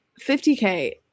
50k